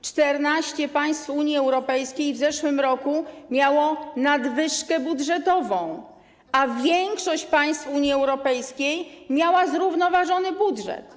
14 państw Unii Europejskiej w zeszłym roku miało nadwyżkę budżetową, a większość państw Unii Europejskiej miała zrównoważony budżet.